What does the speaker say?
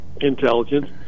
intelligence